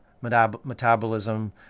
metabolism